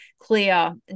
clear